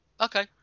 Okay